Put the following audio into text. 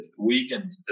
weakened